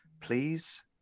please